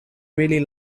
really